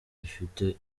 uyifite